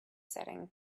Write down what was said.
setting